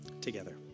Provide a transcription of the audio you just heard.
together